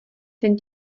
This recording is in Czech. ten